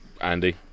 Andy